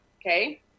okay